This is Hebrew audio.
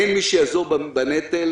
אין מי שיעזור בנטל,